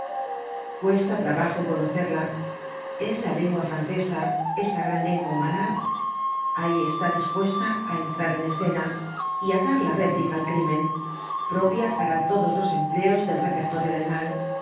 cuesta trabajo conocerla es la lengua francesa esa gran lengua humana ahí está dispuesta á entrar en escena y á dar la réplica al crímen propia para todos los empleos del repertorio del mal